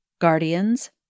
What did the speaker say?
Guardians